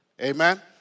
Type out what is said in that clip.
Amen